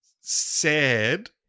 sad